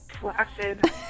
flaccid